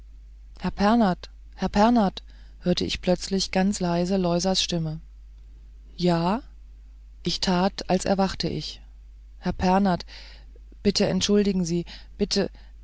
herr pernath hörte ich plötzlich ganz leise loisas stimme ja ich tat als erwachte ich herr pernath bitte entschuldigen sie bitte